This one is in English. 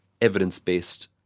evidence-based